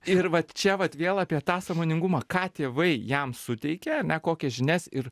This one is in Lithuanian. ir vat čia vat vėl apie tą sąmoningumą ką tėvai jam suteikia ane kokias žinias ir